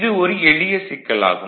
இது ஒரு எளிய சிக்கல் ஆகும்